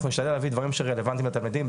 נשתדל להביא דברים שרלוונטיים יותר לתלמידים,